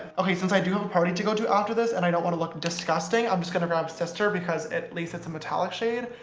okay since i do have a party to go to after this and i don't want to look disgusting i'm just gonna grab a sister because at least it's a metallic shade,